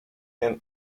and